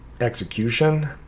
execution